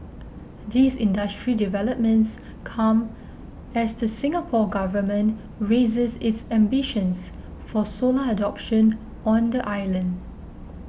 these industry developments come as the Singapore Government raises its ambitions for solar adoption on the island